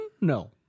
No